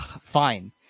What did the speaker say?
Fine